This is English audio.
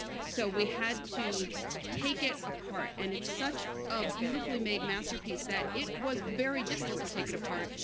so we had to take it apart. and it's such a beautifully made masterpiece that it was very difficult to take it apart,